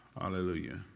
Hallelujah